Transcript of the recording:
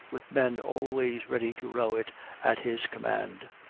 with men always ready to row it at his command.